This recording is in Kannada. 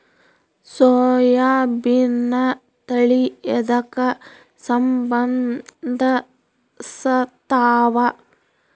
ಸೋಯಾಬಿನ ತಳಿ ಎದಕ ಸಂಭಂದಸತ್ತಾವ?